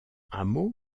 hameau